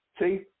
See